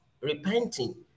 repenting